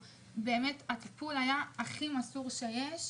באמת, הטיפול היה הכי מסור שרק אפשר.